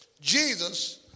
Jesus